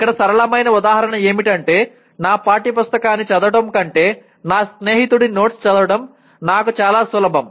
ఇక్కడ సరళమైన ఉదాహరణ ఏమిటంటే నా పాఠ్యపుస్తకాన్ని చదవడం కంటే నా స్నేహితుడి నోట్స్ చదవడం నాకు చాలా సులభం